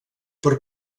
per